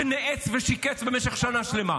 שניאץ ושיקץ במשך שנה שלמה,